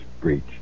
Breach